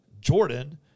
Jordan